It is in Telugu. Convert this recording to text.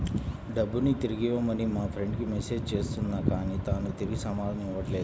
డబ్బుని తిరిగివ్వమని మా ఫ్రెండ్ కి మెసేజ్ చేస్తున్నా కానీ తాను తిరిగి సమాధానం ఇవ్వట్లేదు